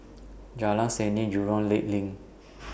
Jalan Seni Jurong Lake LINK